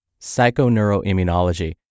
psychoneuroimmunology